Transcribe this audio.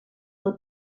del